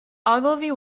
ogilvy